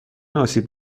آسیب